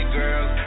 girls